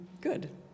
good